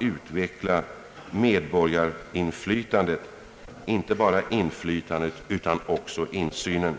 utveckla inte bara medborgarinflytandet utan också medborgarnas insyn i samhällsbesluten.